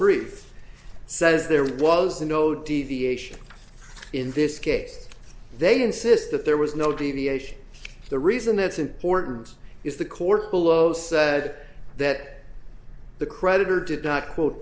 brief says there was no deviation in this case they'd insist that there was no deviation the reason that's important is the court below said that the creditor did not quote